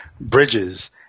bridges